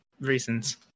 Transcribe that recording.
reasons